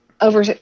over